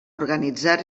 organitzar